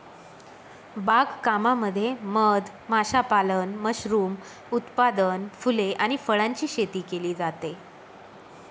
बाग कामामध्ये मध माशापालन, मशरूम उत्पादन, फुले आणि फळांची शेती केली जाते